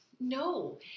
no